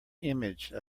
image